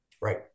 Right